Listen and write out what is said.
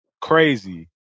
Crazy